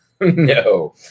No